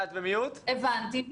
הבנתי.